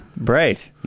Right